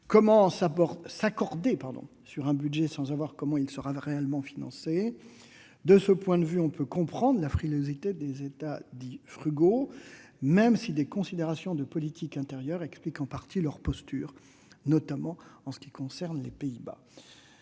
Comment s'accorder sur un budget sans savoir comment il sera financé ? De ce point de vue, on peut comprendre la frilosité des États dits « frugaux », même si des considérations de politique intérieure expliquent en partie leurs postures, notamment en ce qui concerne les Pays-Bas.